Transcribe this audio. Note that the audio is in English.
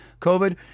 COVID